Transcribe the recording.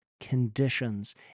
Conditions